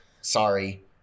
sorry